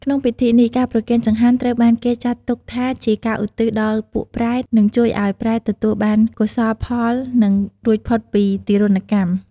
ក្នុងពិធីនេះ ការប្រគេនចង្ហាន់ត្រូវបានគេចាត់ទុកថាជាការឧទ្ទិសដល់ពួកប្រេត និងជួយឲ្យប្រេតទទួលបានកោសលផល និងរួចផុតពីទារុណកម្ម។